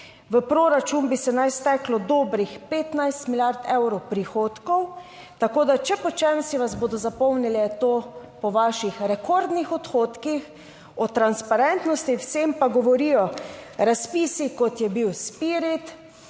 V proračun bi se naj steklo dobrih 15 milijard evrov prihodkov. Tako da če po čem, si vas bodo zapomnili je to po vaših rekordnih odhodkih, o transparentnosti, o vsem pa govorijo razpisi, kot je bil Spirit,